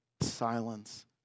silence